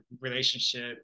relationship